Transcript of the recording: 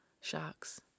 Sharks